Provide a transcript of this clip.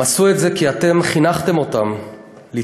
הם עשו את זה כי אתם חינכתם אותם לתרומה,